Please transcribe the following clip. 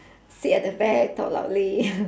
sit at the back talk loudly